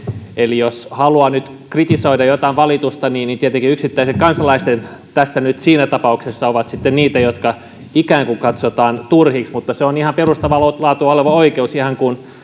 eli jos haluaa nyt kritisoida jotain valitusta niin niin tietenkin yksittäisten kansalaisten valitukset siinä tapauksessa ovat sitten niitä jotka ikään kun katsotaan turhiksi mutta se on ihan perustavaa laatua oleva oikeus ihan niin kuin